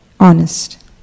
honest